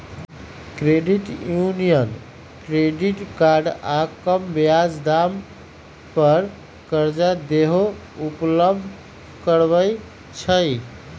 credit union credit card आऽ कम ब्याज दाम पर करजा देहो उपलब्ध करबइ छइ